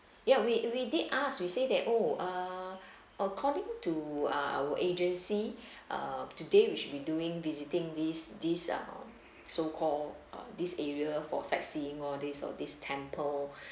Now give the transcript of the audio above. ya we we did ask we say that oh err according to ah our agency uh today we should be doing visiting these these uh so call uh this area for sightseeing all these or this temple